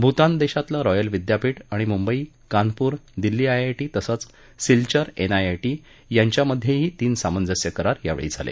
भूतान देशातलं रॉयल विद्यापीठ आणि मुंबई कानपूर दिल्ली आयआयटी तसंच सिल्चर एनआयआयटी यांच्यामधेही तीन सामंजस्य करार यावेळी झाले